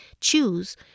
choose